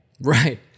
Right